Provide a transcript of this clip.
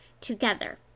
together